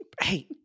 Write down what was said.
Hey